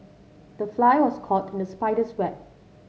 the fly was caught in the spider's web